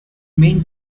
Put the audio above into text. main